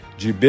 de